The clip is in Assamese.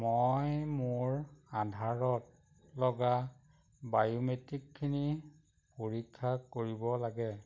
মই মোৰ আধাৰত লগা বায়োমেট্ৰিকখিনি পৰীক্ষা কৰিব লাগে